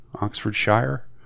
Oxfordshire